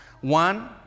One